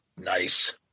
Nice